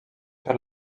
per